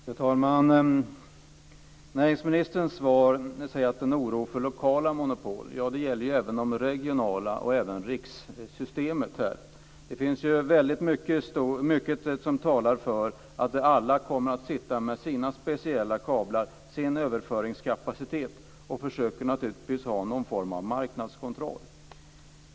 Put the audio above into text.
Fru talman! Näringsministern känner en oro för lokala monopol. Ja, det gäller även regionala monopol och rikssystemet. Det finns väldigt mycket som talar för att alla kommer att sitta med sina speciella kablar och sin överföringskapacitet och kommer att försöka ha någon form av marknadskontroll.